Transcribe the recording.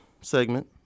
segment